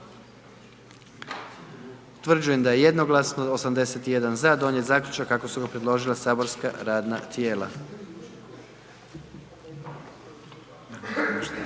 Utvrđujem da je jednoglasno 81 za donijet zaključak kako ga je predložilo matično saborsko radno tijelo.